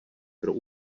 pro